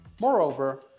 Moreover